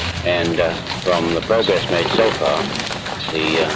and from the progress made so far the yeah